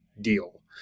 deal